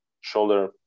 shoulder